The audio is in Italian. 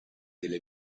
delle